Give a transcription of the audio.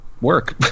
work